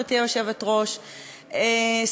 גברתי היושבת-ראש,